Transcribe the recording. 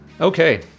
Okay